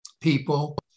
people